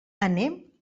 anem